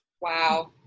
wow